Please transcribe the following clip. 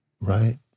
Right